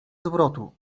zwrotu